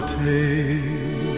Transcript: take